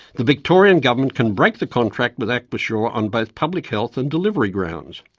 the victorian government can break the contract with aquasure on both public health and delivery grounds.